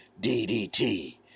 DDT